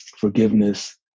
forgiveness